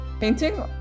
Painting